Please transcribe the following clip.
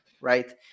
right